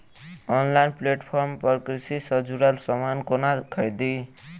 Online platform पर कृषि सँ जुड़ल समान कोना खरीदी?